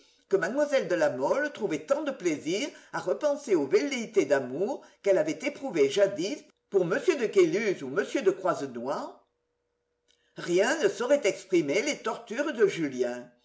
que mlle de la mole trouvait tant de plaisir à repenser aux velléités d'amour qu'elle avait éprouvées jadis pour m de caylus ou m de croisenois rien ne saurait exprimer les tortures de julien